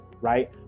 right